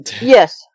Yes